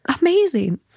Amazing